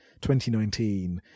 2019